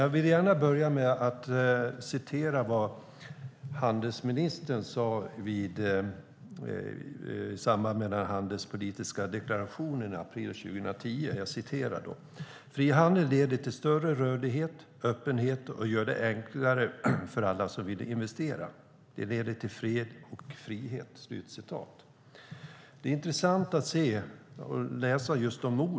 Jag vill gärna börja med att referera vad handelsministern sade i samband med den handelspolitiska deklarationen i april 2010: Frihandel leder till större rörlighet och öppenhet och gör det enklare för alla som vill investera. Det leder till fred och frihet. De orden är intressanta.